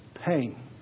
pain